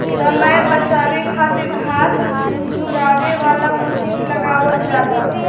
समय बचावे खातिर घास झुरवावे वाला मशीन लगावल जाला